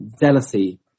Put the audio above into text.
jealousy